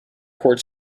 court